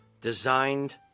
designed